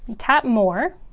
tap more